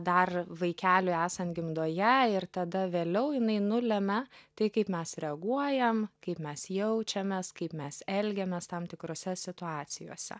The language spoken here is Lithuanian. dar vaikeliui esant gimdoje ir tada vėliau jinai nulemia tai kaip mes reaguojam kaip mes jaučiamės kaip mes elgiamės tam tikrose situacijose